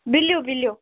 blue blue